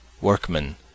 workmen